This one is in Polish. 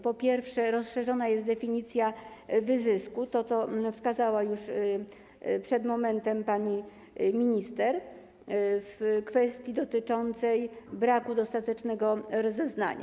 Po pierwsze, rozszerzona jest definicja wyzysku - to co wskazała już przed momentem pani minister - w kwestii dotyczącej braku dostatecznego rozeznania.